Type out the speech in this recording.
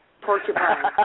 porcupine